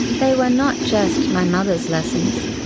they were not just my mother's lessons,